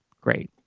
Great